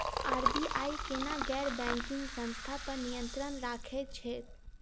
RBI केना गैर banking संस्था पर नियत्रंण राखैत छैक?